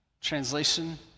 Translation